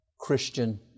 Christian